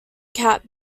cat